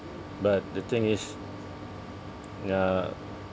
but the thing is ya